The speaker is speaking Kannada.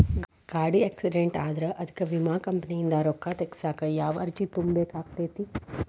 ಗಾಡಿ ಆಕ್ಸಿಡೆಂಟ್ ಆದ್ರ ಅದಕ ವಿಮಾ ಕಂಪನಿಯಿಂದ್ ರೊಕ್ಕಾ ತಗಸಾಕ್ ಯಾವ ಅರ್ಜಿ ತುಂಬೇಕ ಆಗತೈತಿ?